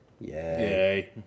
Yay